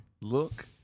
look